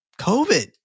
COVID